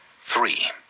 Three